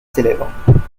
célèbre